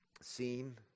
seen